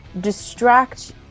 distract